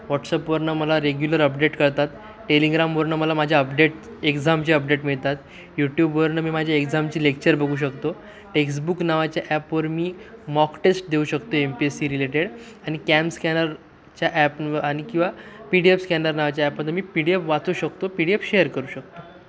वॉट्सअपवरनं मला regular update कळतात टेलिग्रामवरनं मला माझ्या अपडेट एक्झामचे अपडेट मिळतात यूट्यूबवरनं मी माझ्या एक्झामची लेक्चर बघू शकतो टेक्सबुक नावाच्या ॲपवर मी मॉकटेस्ट देऊ शकतो M P S C related आणि कॅम स्कॅनरच्या ॲपवर आणि किंवा पी डी एफ स्कॅनर नावाच्या ॲपमधून मी पी डी एफ वाचू शकतो पी डी एफ शेअर करू शकतो